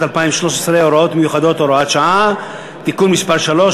2013 (הוראות מיוחדות) (הוראת שעה) (תיקון מס' 3)